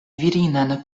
virinan